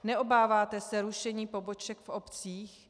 Neobáváte se rušení poboček v obcích?